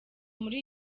muri